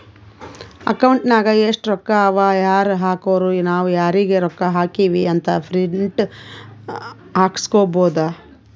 account ನಾಗ್ ಎಸ್ಟ್ ರೊಕ್ಕಾ ಅವಾ ಯಾರ್ ಹಾಕುರು ನಾವ್ ಯಾರಿಗ ರೊಕ್ಕಾ ಹಾಕಿವಿ ಅಂತ್ ಪ್ರಿಂಟ್ ಹಾಕುಸ್ಕೊಬೋದ